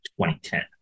2010